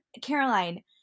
Caroline